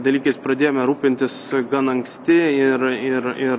dalykais pradėjome rūpintis gan anksti ir ir ir